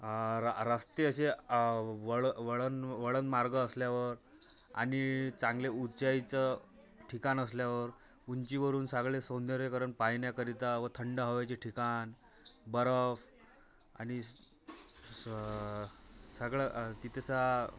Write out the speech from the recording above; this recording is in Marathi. र रस्ते असे वळ वळण वळण मार्ग असल्यावर आणि चांगले उंचाईचं ठिकाण असल्यावर ऊंचीवरुन सागळे सौंदर्यीकरण पाहण्याकरिता व थंड हवेचे ठिकाण बर्फ आणि सगळं तिथं